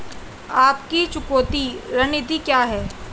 आपकी चुकौती रणनीति क्या है?